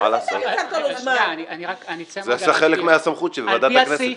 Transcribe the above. מה לעשות, זה חלק מהסמכות של ועדת הכנסת.